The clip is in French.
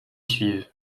suivent